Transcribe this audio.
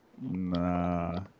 Nah